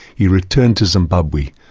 he returned to zimbabwe.